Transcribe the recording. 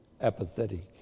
apathetic